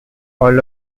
all